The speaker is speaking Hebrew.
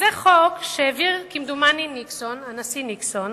שזה חוק שהעביר, כמדומני, ניקסון, הנשיא ניקסון,